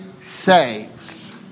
saves